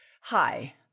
Hi